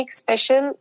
special